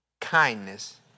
Kindness